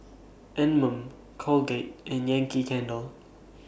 Anmum Colgate and Yankee Candle